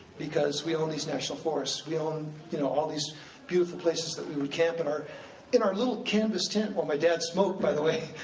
because we own these national forests. we own um you know all these beautiful places that we would camp, in our in our little canvas tent, while my dad smoked, by the way,